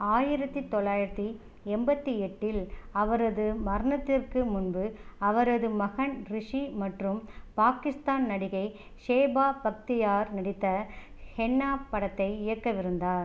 ஆயிரத்தி தொள்ளாயிரத்தி எண்பத்தி எட்டில் அவரது மரணத்திற்கு முன்பு அவரது மகன் ரிஷி மற்றும் பாகிஸ்தான் நடிகை சேபா பக்தியார் நடித்த ஹென்னா படத்தை இயக்கவிருந்தார்